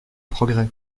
progrès